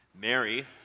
Mary